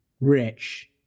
Rich